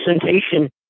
presentation